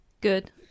Good